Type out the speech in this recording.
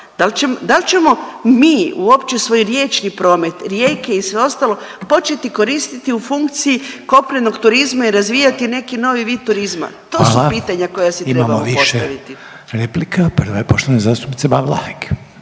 dal ćemo mi uopće svoj riječni promet, rijeke i sve ostalo početi koristiti u funkciju kopnenog turizma i razvijati neki novi vid turizma, to su pitanja koja si trebamo postaviti. **Reiner, Željko (HDZ)** Hvala. Imamo više replika,